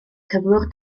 cyflwr